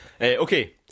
Okay